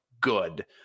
good